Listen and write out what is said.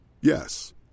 Yes